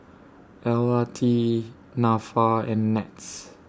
L R T Nafa and Nets